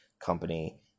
company